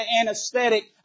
anesthetic